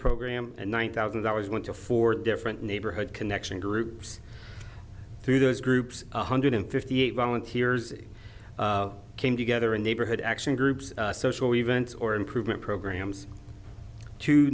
program and one thousand dollars went to four different neighborhood connection groups through those groups one hundred fifty eight volunteers came together in neighborhood action groups social events or improvement programs to